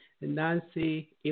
Nancy